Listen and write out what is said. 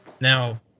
Now